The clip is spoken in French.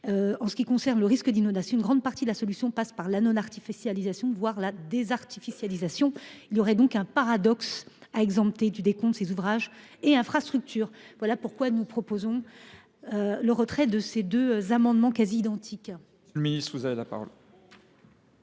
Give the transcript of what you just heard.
en ce qui concerne le risque inondation, une grande partie de la solution passe par la non artificialisation, voire la désartificialisation. Il y aurait donc un paradoxe à exempter du décompte ces ouvrages et infrastructures. Je demande le retrait de ces deux amendements. À défaut,